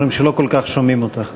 אומרים שלא כל כך שומעים אותך.